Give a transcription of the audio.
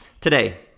today